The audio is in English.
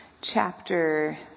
chapter